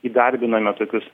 įdarbiname tokius